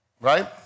right